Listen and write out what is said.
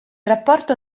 rapporto